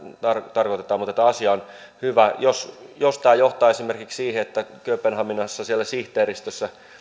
tarkoitetaan mutta tämä asia on hyvä jos tämä johtaa esimerkiksi siihen että kööpenhaminassa siellä sihteeristössä